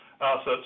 assets